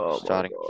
starting